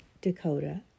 Dakota